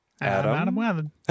Adam